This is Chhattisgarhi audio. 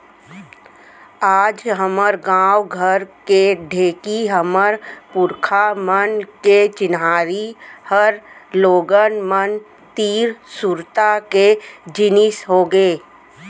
आज हमर गॉंव घर के ढेंकी हमर पुरखा मन के चिन्हारी हर लोगन मन तीर सुरता के जिनिस होगे